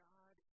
God